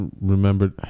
remembered